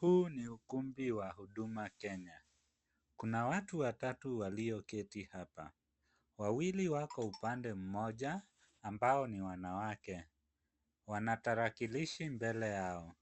Huu ni ukumbi wa huduma Kenya. Kuna watu watatu walioketi hapa. Wawili wako upande mmoja, ambao ni wanawake wana tarakilishi mbele yao.